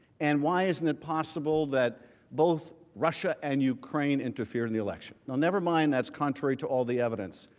and why isn't it possible that both russia and ukraine interfered in the election? and nevermind that is contrary to all the evidence.